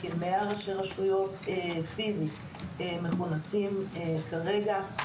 כ-100 ראשי רשויות מכונסים כרגע,